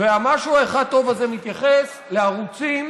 והמשהו האחד הטוב הזה מתייחס לערוצים